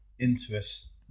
interest